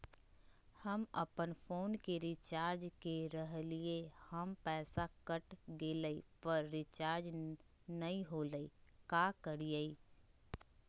हम अपन फोन के रिचार्ज के रहलिय हल, पैसा कट गेलई, पर रिचार्ज नई होलई, का करियई?